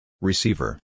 Receiver